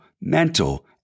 mental